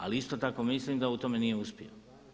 Ali isto tako mislim da u tome nije uspio.